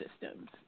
systems